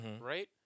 right